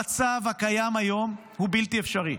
המצב הקיים היום הוא בלתי אפשרי.